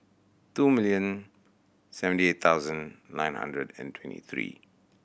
two million seventy eight thousand nine hundred and twenty three